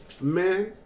man